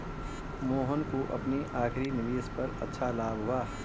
मोहन को अपनी आखिरी निवेश पर अच्छा लाभ हुआ